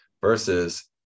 versus